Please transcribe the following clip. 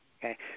Okay